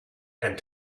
and